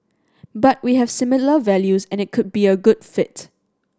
but we have similar values and it could be a good fit